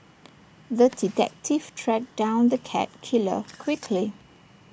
the detective tracked down the cat killer quickly